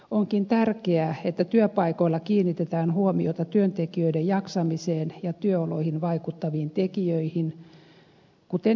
onkin tärkeää että työpaikoilla kiinnitetään huomiota työntekijöiden jaksamiseen ja työoloihin vaikuttaviin tekijöihin kuten esimerkiksi esimiestyön laatuun